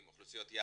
אוכלוסיות יעד,